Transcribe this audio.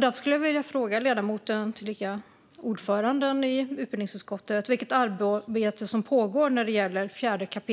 Därför skulle jag vilja fråga ledamoten, tillika ordföranden i utbildningsutskottet, vilket arbete som pågår när det gäller 4 kap.